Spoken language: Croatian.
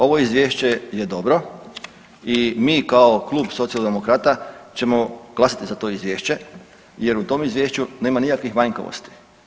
Ovo Izvješće je dobro i mi kao Klub socijaldemokrata ćemo glasati za to Izvješće jer u tom Izvješću nema nikakvih manjkavosti.